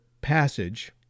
passage